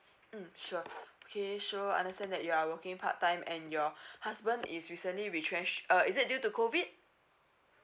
mm sure okay so understand that you are working part time and your husband is recently retrenched uh is it due to COVID